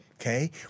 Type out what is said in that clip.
okay